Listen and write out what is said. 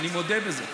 אני מודה בזה.